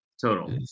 Total